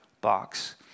box